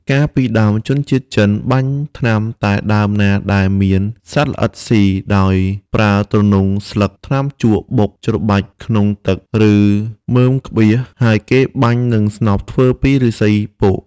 កាលពីដើមជនជាតិចិន បាញ់ថ្នាំតែដើមណាដែលមានសត្វល្អិតស៊ី ដោយប្រើទ្រនុងស្លឹកថ្នាំជក់បុកច្របាច់ក្នុង ទឹក ឬមើមក្បៀស ហើយគេបាញ់នឹងស្នប់ធ្វើពីឫស្សីពក។